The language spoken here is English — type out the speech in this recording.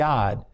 God